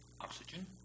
Oxygen